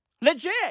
Legit